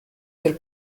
del